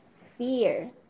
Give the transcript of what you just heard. fear